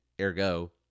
ergo